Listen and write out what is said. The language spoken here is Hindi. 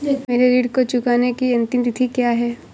मेरे ऋण को चुकाने की अंतिम तिथि क्या है?